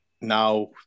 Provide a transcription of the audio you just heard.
now